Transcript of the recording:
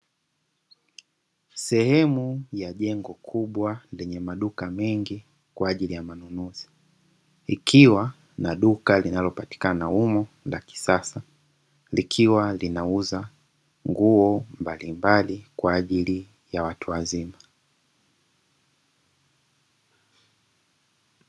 Sehemu ya jengo kubwa lenye maduka mengi kwa ajili ya manunuzi ,likiwa na duka linalopatikana humo la kisasa ,likiwa linauza nguo mbalimbali kwa ajili ya watu wazima.